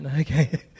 okay